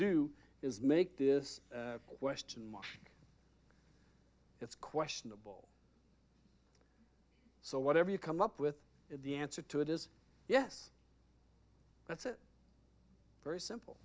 do is make this question mark it's questionable so whatever you come up with the answer to it is yes that's a very simple